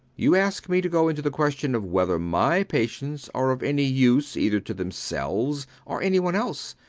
you ask me to go into the question of whether my patients are of any use either to themselves or anyone else.